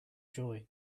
joy